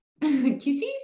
Kisses